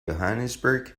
johannesburg